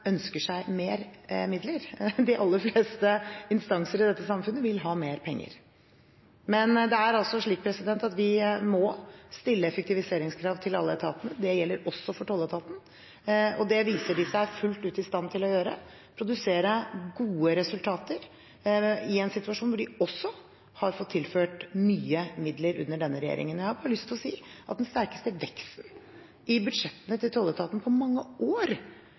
ønsker seg mer midler. De aller fleste instanser i dette samfunnet vil ha mer penger. Men det er altså slik at vi må stille effektiviseringskrav til alle etatene. Det gjelder også for tolletaten. Det viser de seg fullt ut i stand til å gjøre – produsere gode resultater i en situasjon hvor de også har fått tilført mye midler under denne regjeringen. Jeg har lyst til å si at den sterkeste veksten i budsjettene til tolletaten på mange år